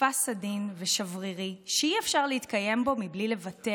פסיפס עדין ושברירי שאי-אפשר להתקיים בו בלי לוותר